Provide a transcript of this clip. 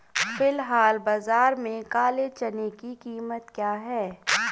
फ़िलहाल बाज़ार में काले चने की कीमत क्या है?